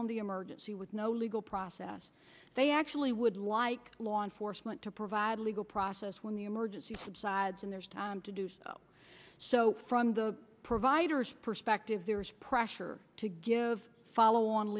on the emergency with no legal process they actually would like law enforcement to provide legal process when the emergency subsides and there's time to do so from the provider's perspective there is pressure to give follow on